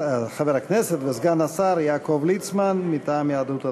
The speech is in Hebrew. חבר הכנסת וסגן השר יעקב ליצמן מטעם יהדות התורה.